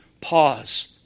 pause